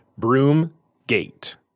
Broomgate